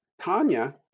Tanya